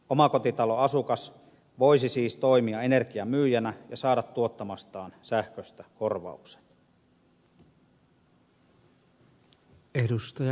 omakotitaloasukas voisi siis toimia energian myyjänä ja saada tuottamastaan sähköstä korvauksen